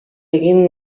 egin